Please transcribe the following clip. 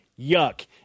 Yuck